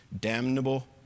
damnable